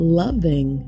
loving